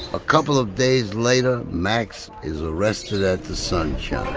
a couple of days later, max is arrested at the sunshine.